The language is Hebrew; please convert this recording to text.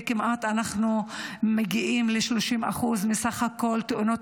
וכמעט שאנחנו מגיעים ל-30% מסך תאונות